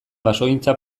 basogintza